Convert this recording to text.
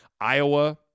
Iowa –